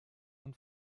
und